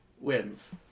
wins